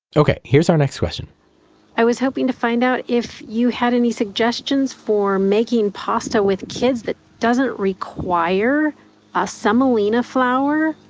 okay, here's our next question i was hoping to find out if you had any suggestions for making pasta with kids that doesn't require a semolina flour,